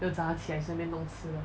所以我早上起来顺便弄吃的